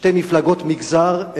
לשתי מפלגות מגזר,